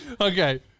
Okay